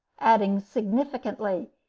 adding significantly,